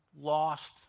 lost